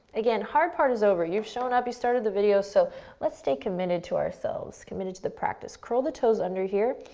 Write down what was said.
again, hard part is over. you've shown up, you started the video, so let's stay committed to ourselves, committed to the practice. curl the toes under here,